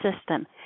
system